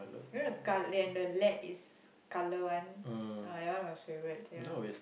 you know the col~ and the lead is colour one ah that one my favourite sia